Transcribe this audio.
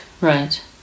Right